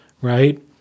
right